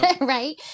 Right